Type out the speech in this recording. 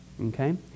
Okay